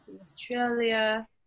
Australia